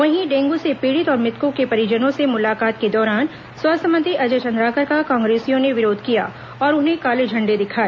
वहीं डेंगू से पीड़ित और मृतकों के परिजनों से मुलकात के दौरान स्वास्थ्य मंत्री अजय चंद्राकर का कांग्रेसियों ने विरोध किया और उन्हें काले झंडे दिखाए